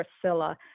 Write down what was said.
Priscilla